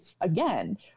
again